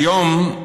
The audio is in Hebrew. כיום,